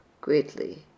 greatly